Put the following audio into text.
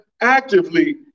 actively